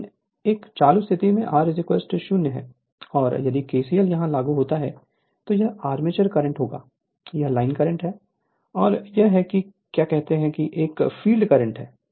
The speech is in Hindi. लेकिन एक चालू स्थिति r 0 और यदि KCL यहां लागू होता है तो यह आर्मेचर करेंट होगा यह लाइन करंट है और यह है कि क्या कहते हैं कि एक फील्ड करंट है